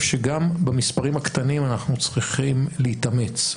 שגם במספרים הקטנים אנחנו צריכים להתאמץ.